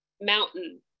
mountain